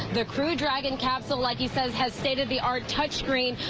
the crew dragon capsule like he says has state of the art touch screen.